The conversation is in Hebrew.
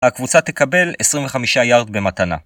הקבוצה תקבל 25 יארד במתנה.